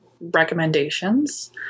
recommendations